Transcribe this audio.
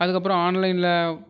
அதுக்கப்புறம் ஆன்லைனில்